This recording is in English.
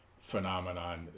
phenomenon